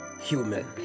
human